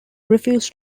refused